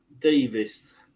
Davis